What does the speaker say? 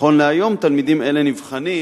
נכון להיום, תלמידים אלה נבחנים